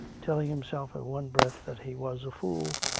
telling himself in one breath that he was a fool,